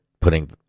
putting